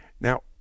Now